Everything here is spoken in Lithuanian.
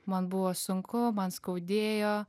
man buvo sunku man skaudėjo